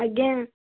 ଆଜ୍ଞା